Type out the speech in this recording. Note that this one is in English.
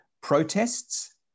protests